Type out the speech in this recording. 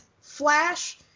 Flash